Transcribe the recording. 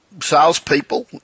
salespeople